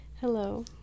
Hello